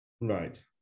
Right